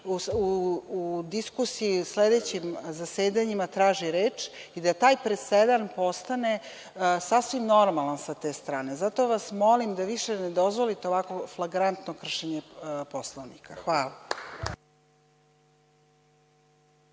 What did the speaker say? u diskusiji na sledećim zasedanjima traži reč i da taj presedan postane sasvim normalan. Zato vas molim da više ne dozvolite ovakvo flagrantno kršenje Poslovnika. Hvala.